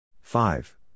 Five